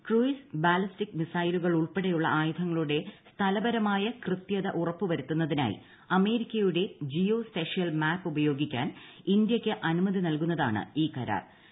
്രൂകൂയ്സ് ballistic മിസൈലുകൾ ഉൾപ്പെടെയുള്ളി ആയുധങ്ങളുടെ സ്ഥലപരമായ കൃത്യത ഉറപ്പുവരുത്തുന്നത്തിന്റായി അമേരിക്കയുടെ ജിയോസ്പേഷ്യൽ മാപ്പ് ഉപ്പ്യോഗിക്കാൻ ഇന്ത്യയ്ക്ക് അനുമതി നൽകുന്നതാണ് ഈ കരാ്ർ